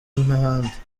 n’ahandi